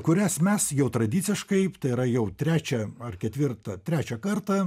kurias mes jau tradiciškai tai yra jau trečią ar ketvirtą trečią kartą